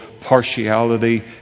partiality